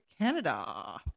Canada